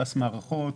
תע"ש מערכות.